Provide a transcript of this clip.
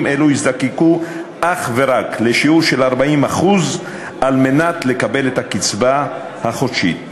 אלה יזדקקו אך ורק לשיעור של 40% על מנת לקבל את הקצבה החודשית.